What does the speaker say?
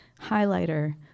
highlighter